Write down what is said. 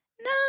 No